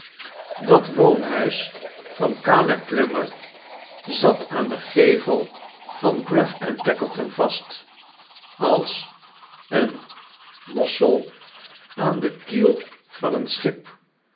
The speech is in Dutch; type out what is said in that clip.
dat woonhuis van caleb plummer zat aan den gevel van gruff en tackleton vast als een inossel aan den kiel van een schip